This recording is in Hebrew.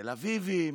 תל אביבים,